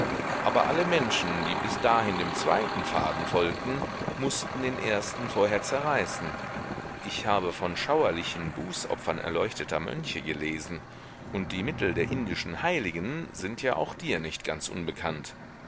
aber alle menschen die bis dahin dem zweiten faden folgten mußten den ersten vorher zerreißen ich habe von schauerlichen bußopfern erleuchteter mönche gelesen und die mittel der indischen heiligen sind ja auch dir nicht ganz unbekannt